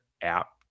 app